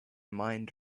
mind